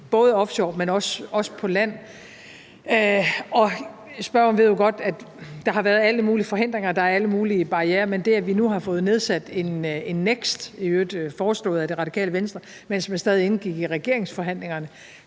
både offshore, men også på land. Spørgeren ved jo godt, at der har været alle mulige forhindringer. Der er alle mulige barrierer, men det, at vi nu har fået nedsat NEKST – i øvrigt foreslået af Radikale Venstre, mens man stadig indgik i regeringsforhandlingerne